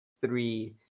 three